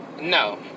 No